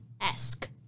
esque